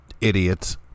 idiots